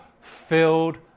filled